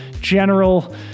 general